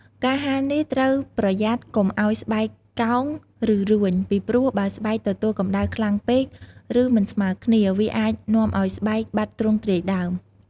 ការហាលនេះត្រូវប្រយ័ត្នកុំឱ្យស្បែកកោង ឬរួញ ពីព្រោះបើស្បែកទទួលកម្តៅខ្លាំងពេក ឬមិនស្មើគ្នា វាអាចនាំឲ្យស្បែកបាត់ទ្រង់ទ្រាយដើម។